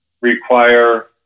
require